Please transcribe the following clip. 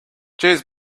cheers